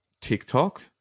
TikTok